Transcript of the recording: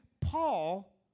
Paul